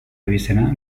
abizena